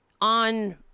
on